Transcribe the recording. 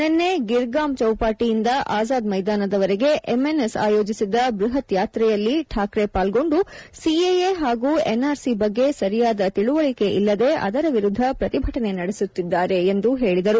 ನಿನ್ನೆ ಗಿರ್ಗಾಮ್ ಚೌಪಾಟಿಯಿಂದ ಆಜಾದ್ ಮೈದಾನದವರೆಗೆ ಎಂಎನ್ಎಸ್ ಆಯೋಜಿಸಿದ್ದ ಬೃಹತ್ ಯಾತ್ರೆಯಲ್ಲಿ ಕಾಕ್ರೆ ಪಾಲ್ಗೊಂಡು ಸಿಎಎ ಹಾಗೂ ಎನ್ಆರ್ಸಿ ಬಗ್ಗೆ ಸರಿಯಾದ ತಿಳುವಳಕೆ ಇಲ್ಲದೆ ಅದರ ವಿರುದ್ಧ ಪ್ರತಿಭಟನೆ ನಡೆಸುತ್ತಿದ್ದಾರೆ ಎಂದು ಹೇಳಿದರು